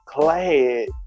glad